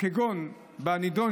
כגון בנדון,